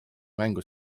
mängu